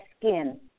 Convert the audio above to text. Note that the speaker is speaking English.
skin